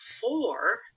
four